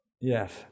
yes